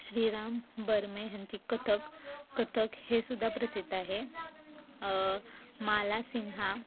श्रीराम बर्मे ह्यांची कथक कथक हे सुद्धा प्रसिद्ध आहे माला सिन्हा